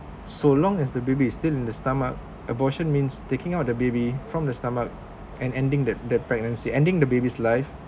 so long as the baby is still in the stomach abortion means taking out the baby from the stomach and ending that that pregnancy ending the baby's live